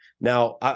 Now